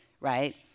right